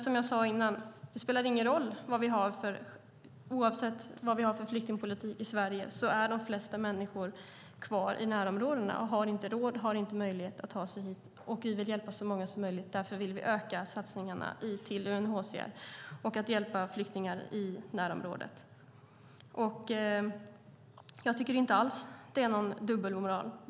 Oavsett vilken flyktingpolitik som vi har i Sverige, som jag sade innan, är de flesta människor kvar i närområdena och har inte råd och möjlighet att ta sig hit. Vi vill hjälpa så många som möjligt. Därför vill vi öka satsningarna till UNHCR och hjälpa flyktingar i närområdet. Jag tycker inte alls att det är någon dubbelmoral.